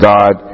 God